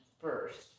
first